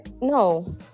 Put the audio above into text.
No